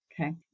Okay